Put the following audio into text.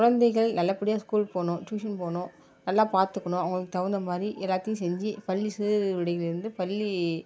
குழந்தைகள் நல்லபடியாக ஸ்கூல் போகணும் டியூசன் போகணும் நல்லா பார்த்துக்கணும் அவர்களுக்கு தகுந்த மாதிரி எல்லாத்தையும் செஞ்சு பள்ளி சீருடைகளில் இருந்து பள்ளி